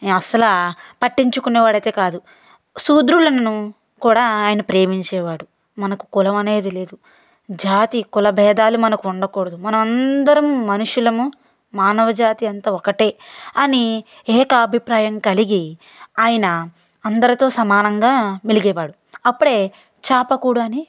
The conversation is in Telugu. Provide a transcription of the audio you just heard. అసలు పట్టించుకునే వాడైతే కాదు శూద్రులను కూడా ఆయన ప్రేమించేవాడు మనకు కులం అనేది లేదు జాతి కుల భేదాలు మనకు ఉండకూడదు మనమందరం మనుషులము మానవజాతి అంతా ఒకటే అని ఏకాభిప్రాయం కలిగి ఆయన అందరితో సమానంగా మెలిగేవాడు అప్పుడే చాపకూడు అని